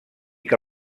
que